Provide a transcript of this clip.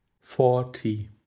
forty